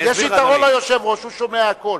יש יתרון ליושב-ראש והוא שומע הכול.